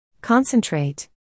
concentrate